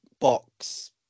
box